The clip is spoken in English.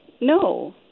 No